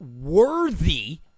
worthy